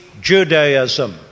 Judaism